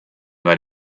that